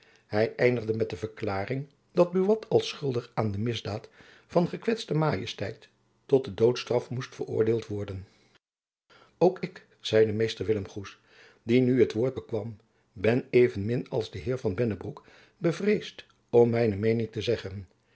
hy eindigde met de verklaring dat buat als schuldig jacob van lennep elizabeth musch aan de misdaad van gekwetste majesteit tot de doodstraf moest veroordeeld worden ook ik zeide mr willem goes die nu het woord bekwam ben evenmin als de heer van bennebroek bevreesd om mijne meening te zeggen